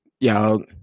y'all